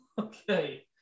Okay